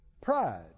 pride